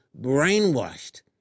brainwashed